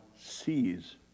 sees